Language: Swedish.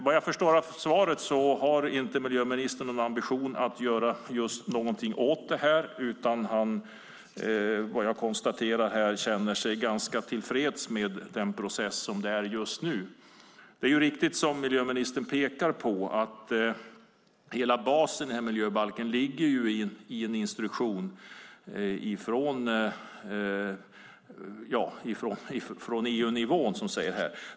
Vad jag förstår av svaret har inte miljöministern någon ambition att göra någonting åt det här, utan han, vad jag konstaterar, känner sig ganska tillfreds med den process som är just nu. Det är riktigt, som miljöministern påpekar, att basen i miljöbalken ligger i en instruktion från EU-nivå.